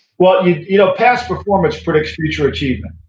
well, you know past performance predicts future achievement.